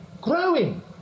growing